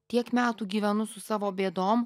tiek metų gyvenu su savo bėdom